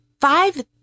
Five